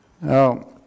now